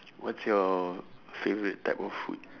what's your favourite type of food